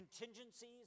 contingencies